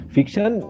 Fiction